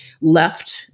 left